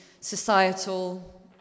societal